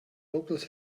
locals